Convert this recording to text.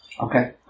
Okay